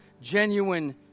genuine